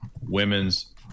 women's